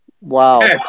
Wow